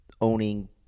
owning